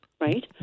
right